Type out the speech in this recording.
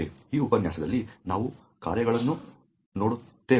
ಈ ಉಪನ್ಯಾಸದಲ್ಲಿ ನಾವು ಕಾರ್ಯಗಳನ್ನು ನೋಡುತ್ತೇವೆ